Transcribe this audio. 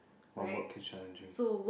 what work is challenging